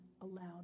allowed